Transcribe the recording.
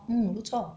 mm 不错